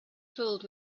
filled